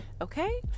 okay